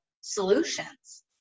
solutions